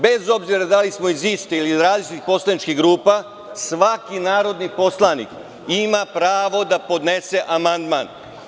Bez obzira da li smo iz iste ili različitih poslaničkih grupa, svaki narodni poslanik ima pravo da podnese amandman.